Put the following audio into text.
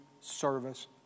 service